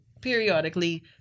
periodically